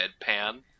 deadpan